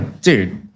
dude